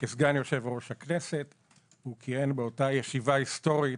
שכסגן יושב-ראש הכנסת הוא כיהן באותה ישיבה היסטורית